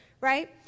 right